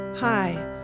Hi